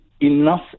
enough